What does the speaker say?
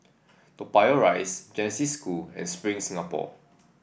Toa Payoh Rise Genesis School and Spring Singapore